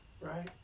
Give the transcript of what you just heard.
right